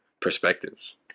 perspectives